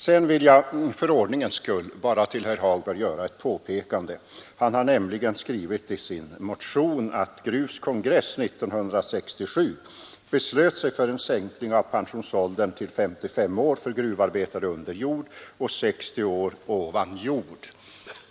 Sedan vill jag för ordningens skull bara för herr Hagberg göra ett påpekande. Han har nämligen skrivit i sin motion att Gruvs kongress 1967 beslöt sig för en sänkning av pensionsåldern till 55 år för gruvarbetare under jord och 60 år för gruvarbetare ovan jord.